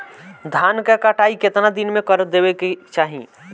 धान क कटाई केतना दिन में कर देवें कि चाही?